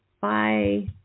Bye